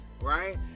right